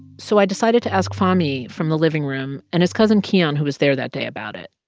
so i decided to ask fahmee from the living room and his cousin keyhon, who was there that day, about it.